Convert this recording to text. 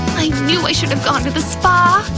knew i should've gone to the spa!